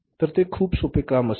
तर ते खूप सोपे काम असेल